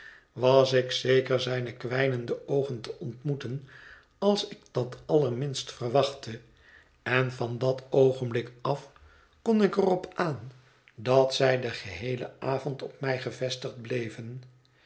was ik zeker zijne kwijnende oogen te ontmoeten als ik dat allerminst verwachtte en van dat oogenblik af kon ik er op aan dat zij den gcheelen avond op mij gevestigd bleven